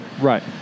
Right